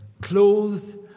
clothed